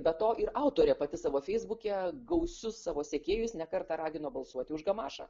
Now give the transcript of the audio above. be to ir autorė pati savo feisbuke gausius savo sekėjus ne kartą ragino balsuoti už gamašą